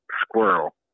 Squirrel